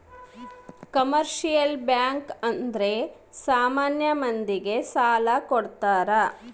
commercial bank ಅಂದ್ರೆ ಸಾಮಾನ್ಯ ಮಂದಿ ಗೆ ಸಾಲ ಕೊಡ್ತಾರ